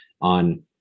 on